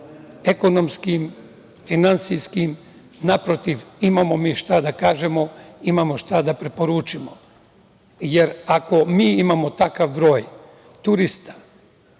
ekonomskim, finansijskim, naprotiv imamo šta da kažemo, imamo šta da preporučimo, jer ako mi imamo takav broj turista